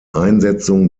einsetzung